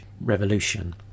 revolution